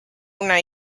una